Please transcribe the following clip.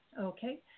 Okay